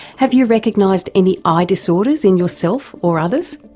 have you recognised any i-disorders in yourself, or others?